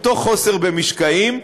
אותו חוסר במשקעים,